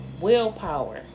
willpower